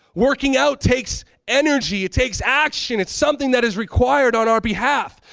working out takes energy. it takes action. it's something that is required on our behalf.